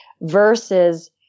versus